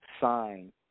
sign